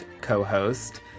co-host